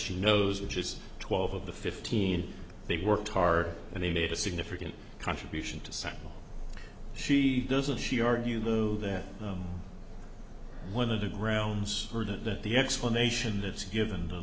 she knows which is twelve of the fifteen they worked hard and they made a significant contribution to settle she doesn't she argue though that one of the grounds that the explanation that's given the